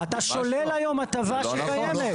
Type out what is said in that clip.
אתה שולל היום הטבה שקיימת.